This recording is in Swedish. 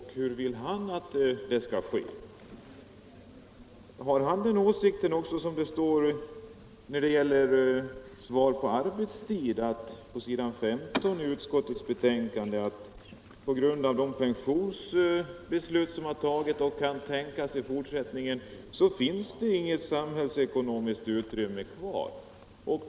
Delar herr Johnsson den åsikt som framförs på s. 15 i utskottsbetänkandet, att på grund av beslutet om sänkning av pensionsåldern och andra aktuella reformer finns det inget samhällsekonomiskt utrymme kvar för en arbetstidsförkortning?